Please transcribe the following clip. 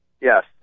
Yes